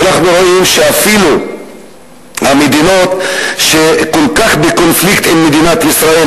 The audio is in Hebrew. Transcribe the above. ראינו שאפילו מדינות שהן בקונפליקט עם מדינת ישראל,